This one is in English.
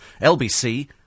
LBC